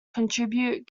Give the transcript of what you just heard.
contribute